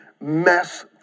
mess